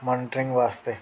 monitoring वास्ते